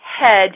head